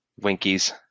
Winkies